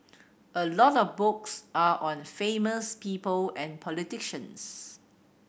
a lot of books are on famous people and politicians